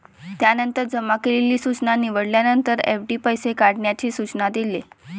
त्यानंतर जमा केलेली सूचना निवडल्यानंतर, एफ.डी पैसे काढण्याचे सूचना दिले